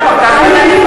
הם באו.